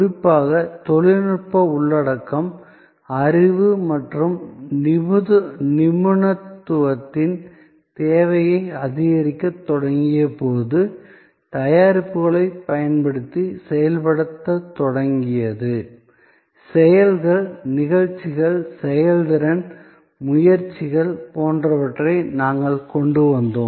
குறிப்பாக தொழில்நுட்ப உள்ளடக்கம் அறிவு மற்றும் நிபுணத்துவத்தின் தேவையை அதிகரிக்கத் தொடங்கிய போது தயாரிப்புகளைப் பயன்படுத்தி செயல்படத் தொடங்கியது செயல்கள் நிகழ்ச்சிகள் செயல்திறன் முயற்சிகள் போன்றவற்றை நாங்கள் கொண்டு வந்தோம்